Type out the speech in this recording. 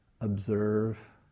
observe